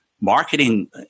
Marketing